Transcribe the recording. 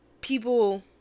People